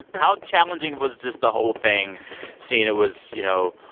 how challenging was just the whole thing seeing it was, you know,